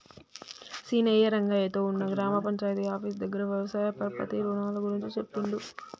సీనయ్య రంగయ్య తో ఉన్న గ్రామ పంచాయితీ ఆఫీసు దగ్గర వ్యవసాయ పరపతి రుణాల గురించి చెప్పిండు